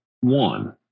one